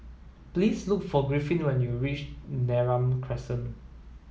please look for Griffin when you reach Neram Crescent